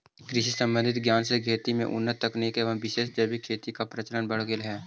कृषि संबंधित ज्ञान से खेती में उन्नत तकनीक एवं विशेष जैविक खेती का प्रचलन बढ़ गेलई हे